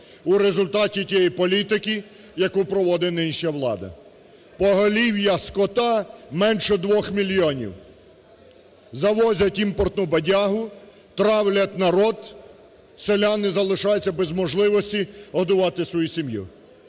У результаті тієї політики, яку проводить нинішня влада, поголів'я скота – менше 2 мільйонів. Завозять імпортну бодягу, травлять народ, селяни залишаються без можливості годувати свою сім'ю.